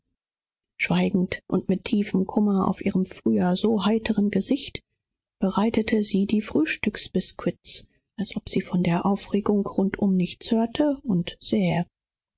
schweigend und mit einer finstern wolke auf ihrem sonst so frohen gesichte war sie beschäftigt die zwiebacke für das frühstück zu rösten als wenn sie von der allgemeinen bewegung um sie her nichts hörte und sähe